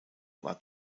war